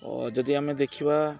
ଓ ଯଦି ଆମେ ଦେଖିବା